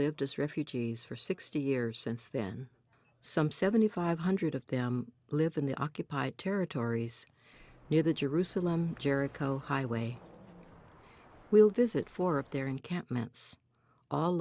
lived as refugees for sixty years since then some seventy five hundred of them live in the occupied territories near the jerusalem jericho highway will visit four of their encampments all